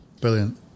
brilliant